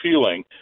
feeling